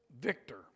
victor